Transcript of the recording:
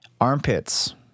armpits